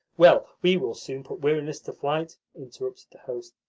well, we will soon put weariness to flight, interrupted the host.